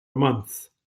months